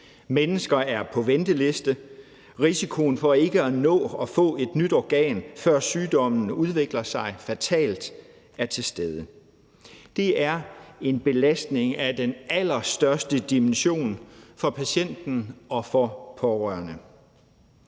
Mennesker er på venteliste. Risikoen for ikke at nå at få et nyt organ, før sygdommen udvikler sig fatalt, er til stede. Det er en belastning af den allerstørste dimension for patienten og for de pårørende.